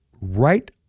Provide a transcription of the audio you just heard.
right